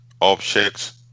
objects